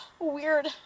weird